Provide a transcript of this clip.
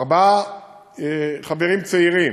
ארבעה חברים צעירים,